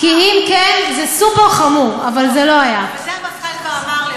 זה המפכ"ל כבר אמר.